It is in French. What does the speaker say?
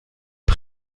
des